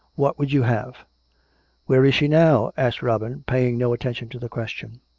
what would you have where is she now. asked robin, paying no attention to the question.